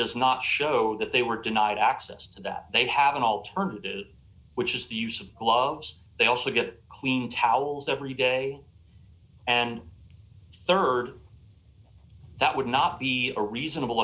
does not show that they were denied access to that they have an alternative which is the use of logs they also get clean towels every day and rd that would not be a reasonable